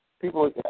People